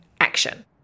action